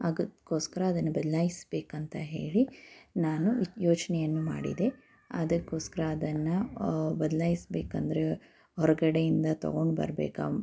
ಅದಕ್ಕೋಸ್ಕರ ಅದನ್ನು ಬದ್ಲಾಯಿಸ್ಬೇಕಂತ ಹೇಳಿ ನಾನು ಯೋಚನೆಯನ್ನು ಮಾಡಿದೆ ಅದಕ್ಕೋಸ್ಕರ ಅದನ್ನು ಬದಲಾಯಿಸ್ಬೇಕಂದ್ರೆ ಹೊರಗಡೆಯಿಂದ ತಗೊಂಡು ಬರಬೇಕಾ